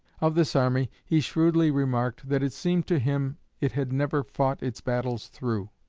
of this army he shrewdly remarked that it seemed to him it had never fought its battles through.